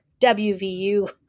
WVU